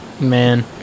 Man